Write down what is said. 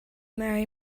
marry